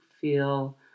feel